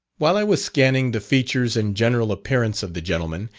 while i was scanning the features and general appearance of the gentleman,